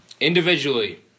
Individually